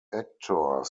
actor